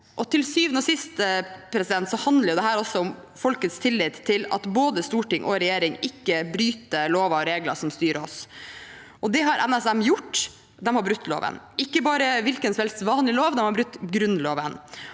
Til syvende og sist handler dette også om folkets tillit til at både storting og regjering ikke bryter lover og regler som styrer oss. Det har NSM gjort, de har brutt loven – ikke bare en hvilken som helst vanlig lov, de har brutt Grunnloven.